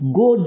go